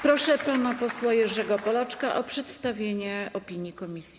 Proszę pana posła Jerzego Polaczka o przedstawienie opinii komisji.